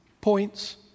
points